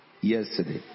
yesterday